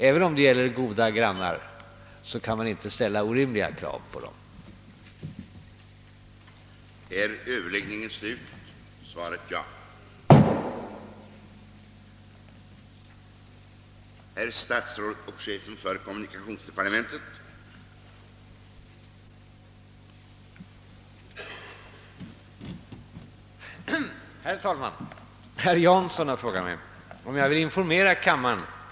Även om de är goda grannar, kan vi dock inte ställa orimliga krav på dem. Ordet lämnades på begäran till Chefen för kommunikationsdeparte